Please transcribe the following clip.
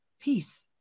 peace